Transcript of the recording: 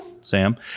Sam